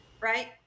right